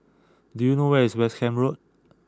do you know where is West Camp Road